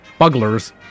bugglers